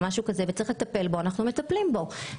אנחנו מטפלים בו,